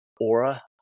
Aura